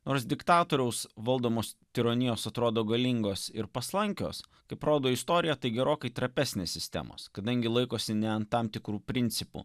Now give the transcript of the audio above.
nors diktatoriaus valdomos tironijos atrodo galingos ir paslankios kaip rodo istorija tai gerokai trapesnė sistemos kadangi laikosi ant tam tikrų principų